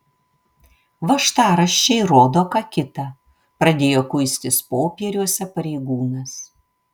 važtaraščiai rodo ką kita pradėjo kuistis popieriuose pareigūnas